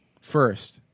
first